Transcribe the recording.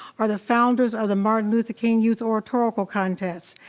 are the founders of the martin luther king youth oratorical contest.